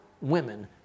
women